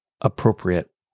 appropriate